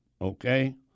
okay